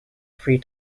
three